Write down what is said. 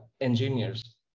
engineers